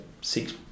six